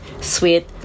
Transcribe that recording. sweet